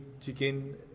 chicken